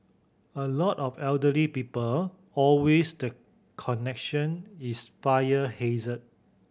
a lot of elderly people always the connection is fire hazard